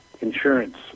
insurance